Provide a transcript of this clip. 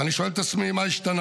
ואני שואל את עצמי מה השתנה.